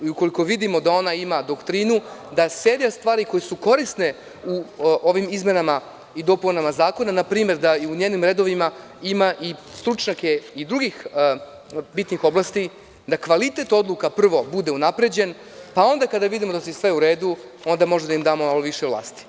Ukoliko vidimo da ona ima doktrinu, da sve te stvari koje su korisne u ovim izmenama i dopunama zakona, npr. da i u njenim redovima ima i stručnjake iz drugih bitnih oblasti, da kvalitet odluka prvo bude unapređen, pa onda kada vidimo da je sve u redu, onda možemo da im damo više vlasti.